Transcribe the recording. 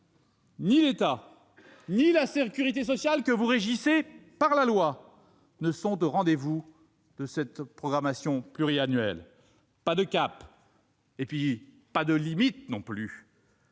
ni l'État ni la sécurité sociale que vous régissez par la loi ne sont au rendez-vous de cette programmation pluriannuelle. Pas de cap, et plus de limites,